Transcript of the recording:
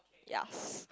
yucks